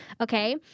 Okay